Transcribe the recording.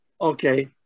Okay